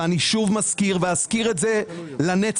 ואני שוב מזכיר ואזכיר את זה לנצח,